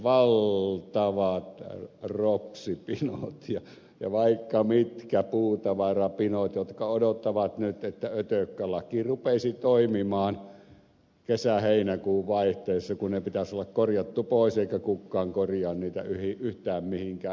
valtavat ropsipinot ja vaikka mitkä puutavarapinot jotka odottavat nyt että ötökkälaki rupeaisi toimimaan kesäheinäkuun vaihteessa kun ne pitäisi olla korjattu pois eikä kukaan korjaa niitä yhtään mihinkään